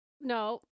No